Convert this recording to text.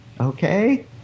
Okay